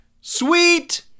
Sweet